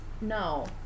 No